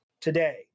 today